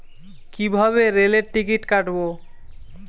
কিভাবে রেলের টিকিট কাটব?